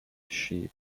sheep